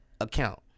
account